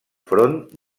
front